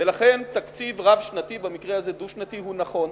ולכן תקציב רב-שנתי, במקרה הזה דו-שנתי, הוא נכון.